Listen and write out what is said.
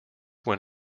when